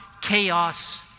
chaos